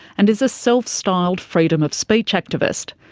and is a self-styled freedom of speech activist.